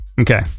okay